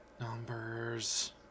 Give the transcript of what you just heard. Numbers